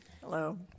Hello